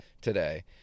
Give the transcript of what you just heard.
today